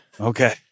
Okay